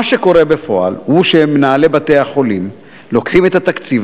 מה שקורה בפועל הוא שמנהלי בתי-החולים לוקחים את התקציב